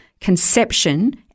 conception